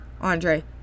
andre